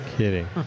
Kidding